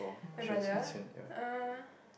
brother uh